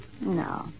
No